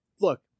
look